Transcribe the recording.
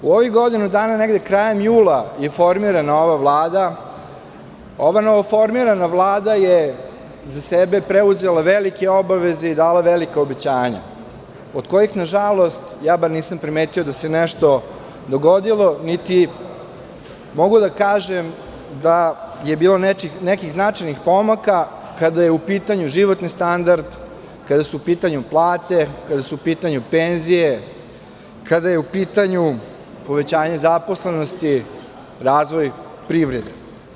U ovih godinu dana, negde krajem jula je formirana ova Vlada, ova novoformirana Vlada je za sebe preuzela velike obaveze i dala velika obećanja, od kojih, na žalost, ja bar nisam primetio da se nešto dogodilo, niti mogu da kažem da je bilo nekih značajnih pomaka kada je u pitanju životni standard, kada su u pitanju plate, kada su u pitanju penzije, kada je u pitanju povećanje zaposlenosti, razvoj privrede.